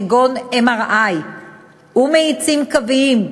כגון MRI ומאיצים קוויים,